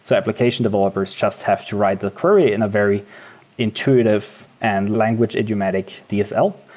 so application developers just have to write the query in a very intuitive and language-idiomatic dsl,